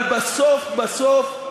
אבל בסוף בסוף,